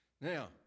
Now